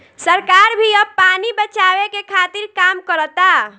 सरकार भी अब पानी बचावे के खातिर काम करता